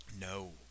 No